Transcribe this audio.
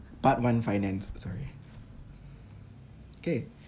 part one finance sorry K